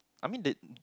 I mean the